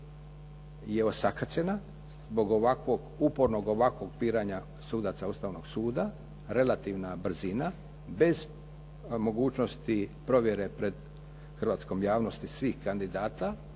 je osakaćena zbog ovakvog upornog ovakvog biranja sudaca Ustavnog suda relativna brzina bez mogućnosti provjere pred hrvatskom javnosti svih kandidata,